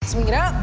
swing it up,